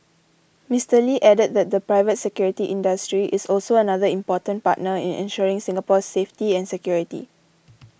Mister Lee added that the private security industry is also another important partner in ensuring Singapore's safety and security